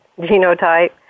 genotype